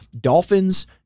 dolphins